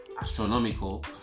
astronomical